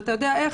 ואתה יודע איך?